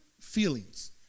feelings